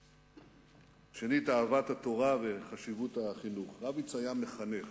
שנית, אהבת התורה וחשיבות החינוך, רביץ היה מחנך